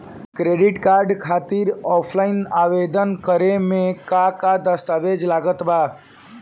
Credit card खातिर offline आवेदन करे म का का दस्तवेज लागत बा?